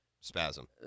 spasm